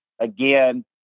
again